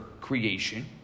creation